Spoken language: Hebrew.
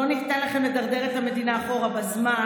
לא ניתן לכם להפוך כל מי שאומר דעה שונה משלכם במדינה שעדיין דמוקרטית,